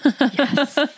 Yes